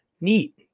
neat